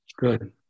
Good